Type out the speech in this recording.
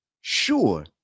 sure